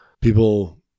people